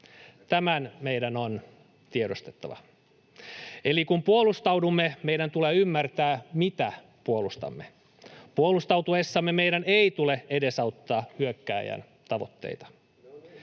Tämä meidän on tiedostettava. Eli kun puolustaudumme, meidän tulee ymmärtää, mitä puolustamme. Puolustautuessamme meidän ei tule edesauttaa hyökkääjän tavoitteita.